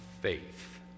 faith